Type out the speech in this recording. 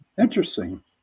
interesting